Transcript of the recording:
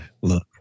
look